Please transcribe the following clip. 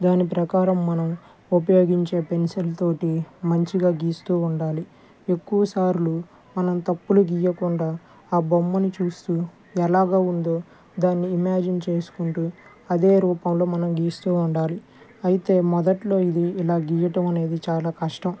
దాని ప్రకారం మనం ఉపయోగించే పెన్సిల్తోటి మంచిగా గీస్తూ ఉండాలి ఎక్కువ సార్లు మనం తప్పులు గీయకుండా ఆ బొమ్మని చూస్తూ ఎలాగా ఉందో దాన్ని ఇమాజిన్ చేసుకుంటూ అదే రూపంలో మనం గీస్తూ ఉండాలి అయితే మొదట్లో ఇది ఇలా గీయటం అనేది చాలా కష్టం